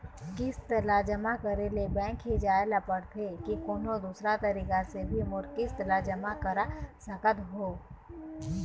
किस्त ला जमा करे ले बैंक ही जाए ला पड़ते कि कोन्हो दूसरा तरीका से भी मोर किस्त ला जमा करा सकत हो?